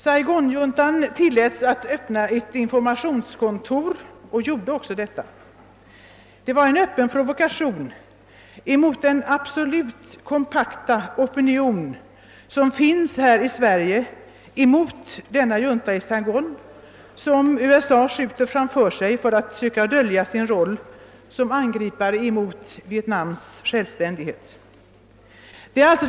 Saigonjuntan har tillåtits öppna ett informationskontor, vilket den också gjort. Detta är en öppen provokation mot den helt kompakta opinionen som finns här i Sverige gentemot denna junta som USA skjuter framför sig för att söka dölja sin roll som angripare av Vietnams självständighet.